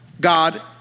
God